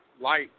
light